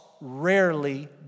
rarely